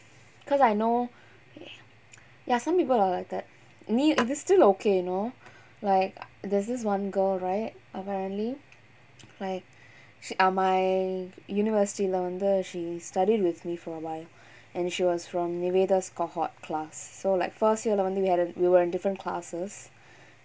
cause I know y~ ya some people are like that me it's still okay you know like there's this one girl right apparently like she ah my university lah வந்து:vanthu she studied with me for a while and she was from cohort class so like first year lah வந்து:vanthu on we were in different classes